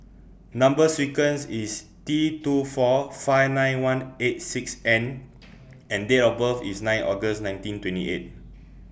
Number sequence IS T two four five nine one eight six N and Date of birth IS nine August nineteen twenty eight